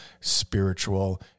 spiritual